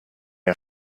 are